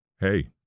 hey